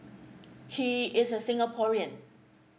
he is a singaporean